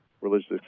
religious